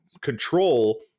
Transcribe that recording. control